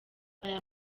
aya